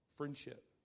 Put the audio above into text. friendship